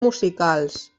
musicals